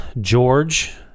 George